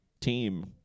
team